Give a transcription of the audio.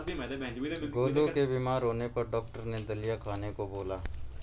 गोलू के बीमार होने पर डॉक्टर ने दलिया खाने का बोला